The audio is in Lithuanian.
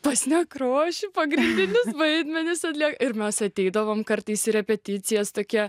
pas nekrošių pagrindinius vaidmenis atlie ir mes ateidavom kartais į repeticijas tokie